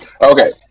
Okay